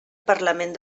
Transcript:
parlament